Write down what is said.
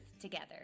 together